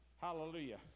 Hallelujah